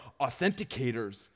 authenticators